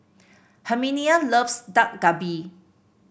Herminia loves Dak Galbi